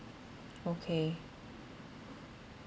okay